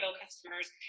customers